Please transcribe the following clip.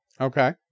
okay